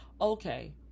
okay